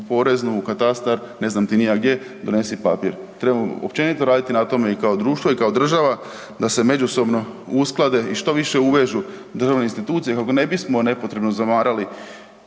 u poreznu, u katastar, ne znam ti ni ja gdje, donesi papir. Trebamo općenito raditi na tome i kao društvo i kao država da se međusobno usklade i što više uvežu državne institucije kako ne bismo nepotrebno zamarali